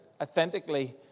authentically